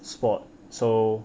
sport so